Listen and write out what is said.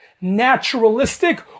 naturalistic